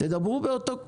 תדברו באותו קול.